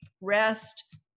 rest